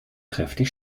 kräftig